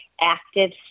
active